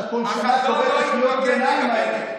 החזון, שאתה כל שנה קורא את קריאות הביניים האלה.